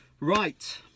Right